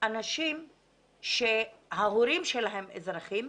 אנשים שההורים שלהם אזרחים,